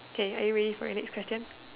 okay are you ready for your next question